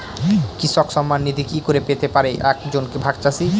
কৃষক সন্মান নিধি কি করে পেতে পারে এক জন ভাগ চাষি?